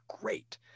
great